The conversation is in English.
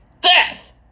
Death